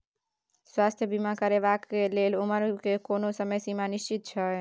स्वास्थ्य बीमा करेवाक के लेल उमर के कोनो समय सीमा निश्चित छै?